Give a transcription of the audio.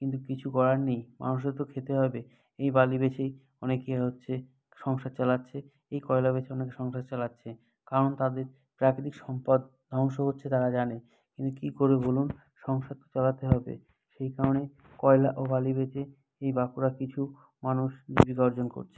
কিন্তু কিছু করার নেই মানুষেরও তো খেতে হবে এই বালি বেচেই অনেকে হচ্ছে সংসার চালাচ্ছে এই কয়লা বেচে অনেকে সংসার চালাচ্ছে কারণ তাদের প্রাকৃতিক সম্পদ ধ্বংস হচ্ছে তারা জানে কিন্তু কী করবে বলুন সংসার তো চালাতে হবে সেই কারণে কয়লা ও বালি বেচে এই বাঁকুড়ার কিছু মানুষ জীবিকা অর্জন করছে